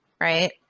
right